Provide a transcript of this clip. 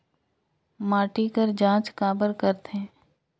माटी कर जांच काबर करथे?